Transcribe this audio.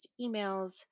emails